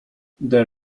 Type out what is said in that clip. their